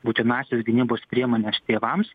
būtinąsias gynybos priemones tėvams